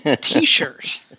T-shirt